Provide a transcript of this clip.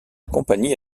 compagnie